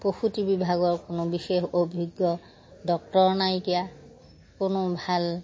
প্ৰসূতি বিভাগৰ কোনো বিশেষ অভিজ্ঞ ডক্তৰ নাইকিয়া কোনো ভাল